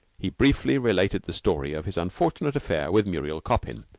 he briefly related the story of his unfortunate affair with muriel coppin.